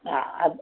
ஆ அது